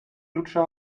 lutscher